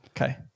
Okay